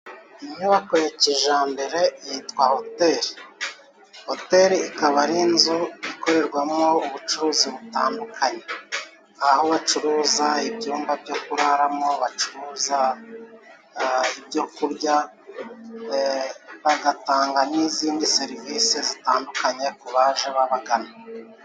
Inyubako ya kijambere yitwa Hoteli. Hoteli ikaba ari inzu ikorerwamo ubucuruzi butandukanye. Aho bacuruza ibyumba byo kuraramo bacuruza ibyo kurya, bagatanga n'izindi serivisi zitandukanye kubaje babagana.